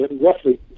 roughly